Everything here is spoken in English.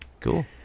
Cool